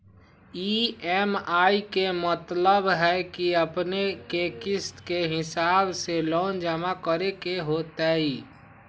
EMI के मतलब है कि अपने के किस्त के हिसाब से लोन जमा करे के होतेई?